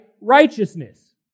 righteousness